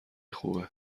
خوبه